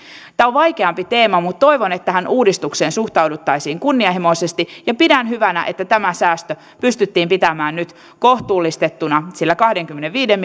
tämä on vaikeampi teema mutta toivon että tähän uudistukseen suhtauduttaisiin kunnianhimoisesti ja pidän hyvänä että tämä säästö pystyttiin pitämään nyt kohtuullistettuna kahdenkymmenenviiden